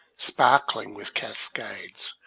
sparkling with cascades,